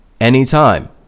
anytime